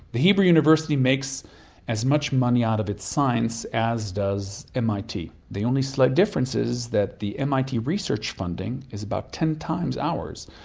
the hebrew university makes as much money out of it science as does mit. the only slight difference is that the mit research funding is about ten times ours.